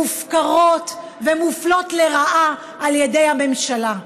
מופקרות ומופלות לרעה על ידי הממשלה.